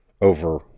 over